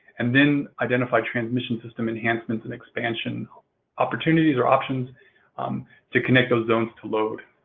and then identify transmission system enhancements and expansion opportunities or options to connect those zones to load.